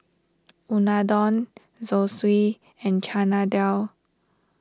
Unadon Zosui and Chana Dal